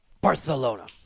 Barcelona